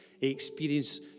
Experience